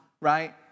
right